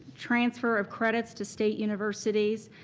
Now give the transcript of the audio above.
transfer of credits to state universities,